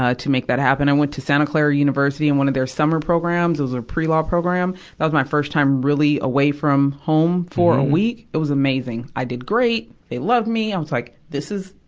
ah to make that happen, i went to santa clara university, in one of their summer programs. it was a pre-law program. that was my first time really away from home for a week. it was amazing. i did great they loved me. i was, like, this is,